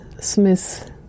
Smith